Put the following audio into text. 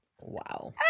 Wow